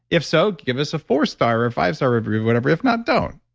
if so, give us a four star, or five star review or whatever. if not, don't